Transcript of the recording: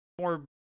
More